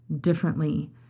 differently